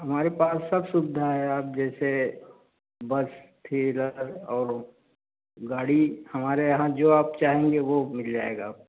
हमारे पास सब सुविधा हैं आप जैसे बस थ्री व्हीलर और गाड़ी हमारे यहाँ जो आप चाहेंगे वह मिल जाएगी आपको